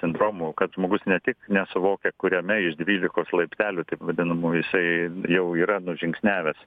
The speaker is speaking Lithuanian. sindromu kad žmogus ne tik nesuvokia kuria me iš dvylikos laiptelių taip vadinamų jisai jau yra nužingsniavęs